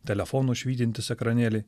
telefonu švytintis ekranėlyje